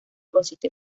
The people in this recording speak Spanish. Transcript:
consiste